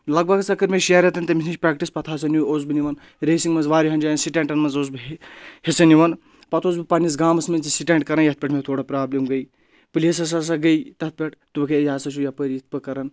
لگ بگ ہسا کٔر مےٚ شین رٮ۪تَن تٔمِس نِش پرٛیکٹِس پَتہٕ ہسا نِیو اوسُس بہٕ نِوان ریسِنٛگ منٛز واریاہَن جایَن سِٹینٛٹَن منٛز اوسُس بہٕ حِصہٕ نِوان پَتہٕ اوسُس بہٕ پَننِس گامَس منٛز تہِ سِٹینٛڈ کَران یَتھ پؠٹھ مےٚ تھوڑا پرابلِم گٔے پُلیٖس ہَس ہسا گٔے تَتھ پؠٹھ دوٚپُکھ ہے یہِ ہسا چھُ یَپٲرۍ یِتھ پٲٹھۍ کران